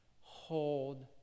Hold